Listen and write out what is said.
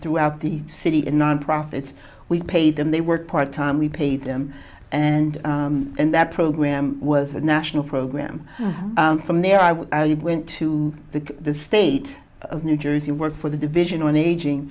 throughout the city in non profits we paid them they work part time we paid them and that program was a national program from there i was went to the state of new jersey worked for the division on aging